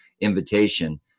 invitation